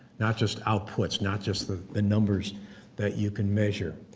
not just outputs, not just the the numbers that you can measure.